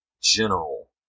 general